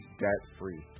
debt-free